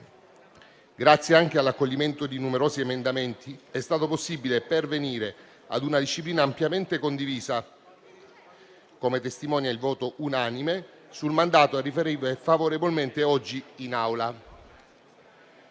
Grazie anche all'accoglimento di numerosi emendamenti, è stato possibile pervenire ad una disciplina ampiamente condivisa, come testimonia il voto unanime, sul mandato a riferire favorevolmente oggi in Aula.